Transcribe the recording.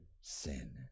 sin